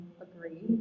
agree